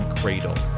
cradle